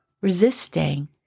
resisting